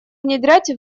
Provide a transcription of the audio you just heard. внедрять